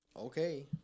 Okay